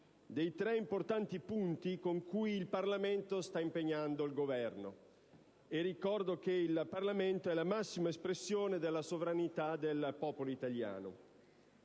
dei tre importanti punti con cui il Parlamento sta impegnando il Governo. Ricordo che il Parlamento è la massima espressione della sovranità del popolo italiano.